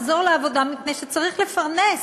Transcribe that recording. לחזור לעבודה מפני שצריך לפרנס,